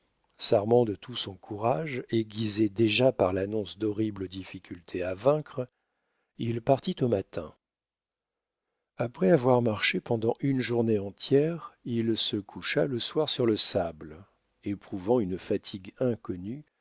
s'armant de tout son courage aiguisé déjà par l'annonce d'horribles difficultés à vaincre il partit au matin après avoir marché pendant une journée entière il se coucha le soir sur le sable éprouvant une fatigue inconnue